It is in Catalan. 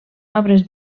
obres